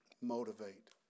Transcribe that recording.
motivate